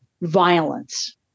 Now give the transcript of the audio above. violence